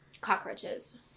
cockroaches